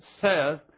says